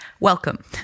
welcome